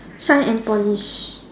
shine and polish